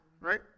Right